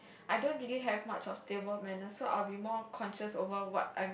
I don't really have much of table manners so I will be more cautious over what I'm